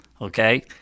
okay